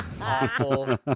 Awful